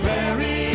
Mary